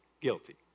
guilty